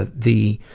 ah the